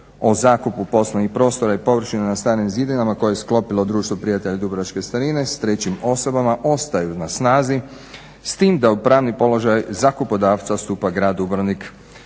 o zakupu poslovnih prostora i površina na starim zidinama koje je sklopilo Društvo prijatelja dubrovačke starine s trećim osobama ostaju na snazi, s tim da u pravni položaj zakupodavca stupa grad Dubrovnik.